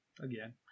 Again